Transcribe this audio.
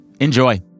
Enjoy